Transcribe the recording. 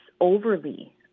overly